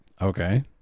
Okay